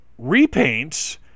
repaints